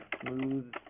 smooth